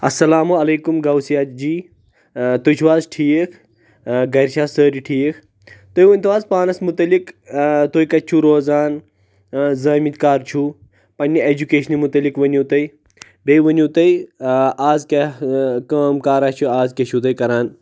اَسلامُ علیکُم گوسِیا جی تُہۍ چھِ حظ ٹھیٖک گرِ چھِ حظ سٲری ٹھیٖک تُہۍ ؤنتو حظ پانَس مُتعلِق تُہۍ کَتہِ چھِو روزان زٲمٕتۍ کر چھِو پَنٕنہِ ایجوٗکیشنہِ مُتعلِق ؤنیو تُہۍ بیٚیہِ ؤنیو تُہۍ آز کیاہ کٲم کرا چھُ آز کیاہ چھُو تُہۍ کران